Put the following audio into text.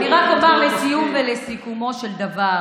אני רק אומר לסיום ולסיכומו של דבר: